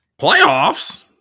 Playoffs